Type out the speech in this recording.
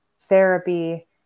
therapy